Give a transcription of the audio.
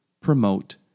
promote